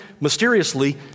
mysteriously